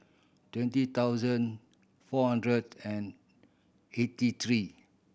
twenty thousand four hundred and eighty three